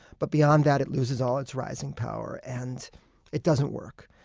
but beyond that it loses all its rising power and it doesn't work.